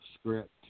script